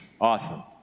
Awesome